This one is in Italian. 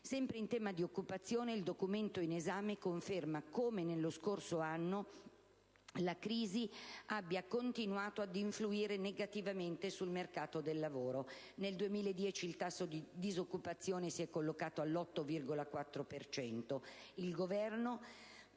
Sempre in tema di occupazione, il Documento in esame conferma come nello scorso anno la crisi abbia continuato ad influire negativamente sul mercato del lavoro; nel 2010 il tasso di disoccupazione si è collocato all'8,4